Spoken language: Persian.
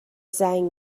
زنگ